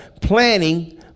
planning